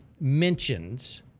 mentions